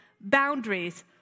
boundaries